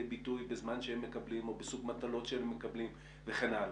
ביטוי בזמן שהם מקבלים או בסוג המטלות שהם מקבלים וכן הלאה.